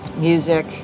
music